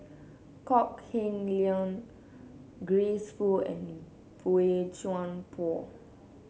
Kok Heng Leun Grace Fu and Boey Chuan Poh